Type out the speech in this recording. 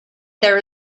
there